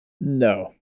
No